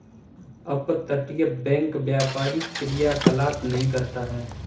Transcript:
अपतटीय बैंक व्यापारी क्रियाकलाप नहीं करता है